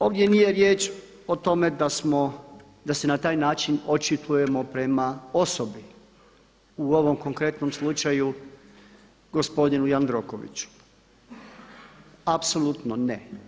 Ovdje nije riječ o tome da smo, da se na taj način očitujemo prema osobi, u ovom konkretnom slučaju gospodinu Jandrokoviću, apsolutno ne.